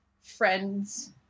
friends